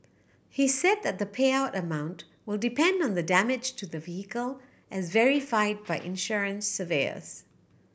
he said that the payout amount will depend on the damage to the vehicle as verified by insurance surveyors